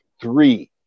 three